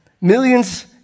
Millions